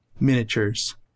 miniatures